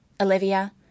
Olivia